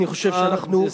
אני חושב שאנחנו,